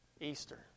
Easter